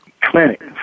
clinic